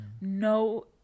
No